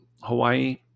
Hawaii